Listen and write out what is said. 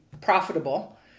profitable